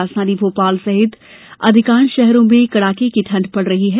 राजधानी भोपाल सहित प्रदेश के अधिकांश शहरों में कड़ाके की ठंड पड़ रही है